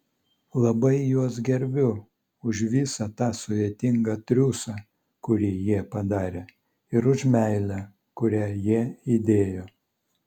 labai juos gerbiu už visą tą sudėtingą triūsą kurį jie padarė ir už meilę kurią jie įdėjo